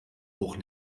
auch